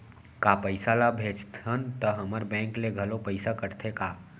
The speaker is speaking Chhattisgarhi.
का पइसा ला भेजथन त हमर बैंक ले घलो पइसा कटथे का?